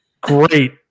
great